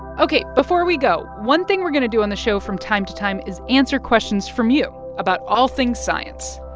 ok, before we go, one thing we're going to do on the show from time to time is answer questions from you about all things science.